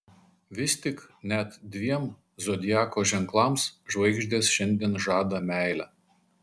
vis tik net dviem zodiako ženklams žvaigždės šiandien žadą meilę